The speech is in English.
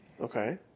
okay